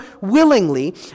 willingly